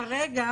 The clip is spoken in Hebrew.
כרגע,